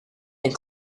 and